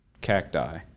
cacti